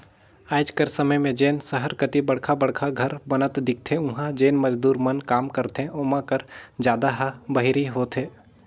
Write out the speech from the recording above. आएज कर समे में जेन सहर कती बड़खा बड़खा घर बनत दिखथें उहां जेन मजदूर मन काम करथे ओमा कर जादा ह बाहिरी होथे